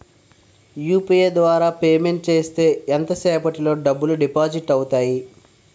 UPI ద్వారా payment చేస్తే ఎంత సేపటిలో డబ్బులు డిపాజిట్ అవుతాయి?